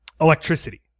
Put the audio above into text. electricity